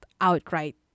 outright